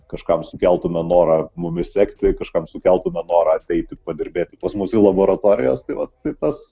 kažkam sukeltume norą mumis sekti kažkam sukeltume norą ateiti padirbėti pas mus į laboratorijas taip vat tai tas